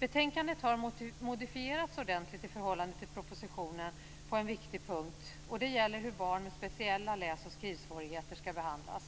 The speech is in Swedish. Betänkandet har modifierats ordentligt i förhållande till propositionen på en viktig punkt, och det gäller hur barnets speciella läs och skrivsvårigheter skall behandlas.